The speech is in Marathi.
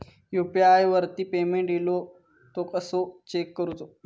यू.पी.आय वरती पेमेंट इलो तो कसो चेक करुचो?